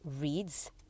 reads